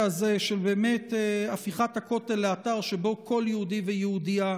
הזה של הפיכת הכותל לאתר שבו כל יהודי ויהודייה,